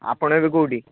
ଆପଣ ଏବେ କୋଉଠି